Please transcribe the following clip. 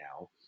now